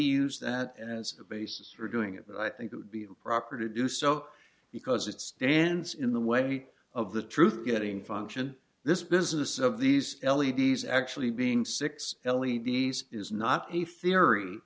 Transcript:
use that as a basis for doing it but i think it would be proper to do so because it stands in the way of the truth getting function this business of these l e d s actually being six l e d s is not a theory